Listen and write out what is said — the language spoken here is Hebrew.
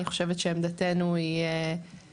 אני חושבת שעמדתנו היא ברורה,